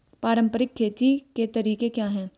पारंपरिक खेती के तरीके क्या हैं?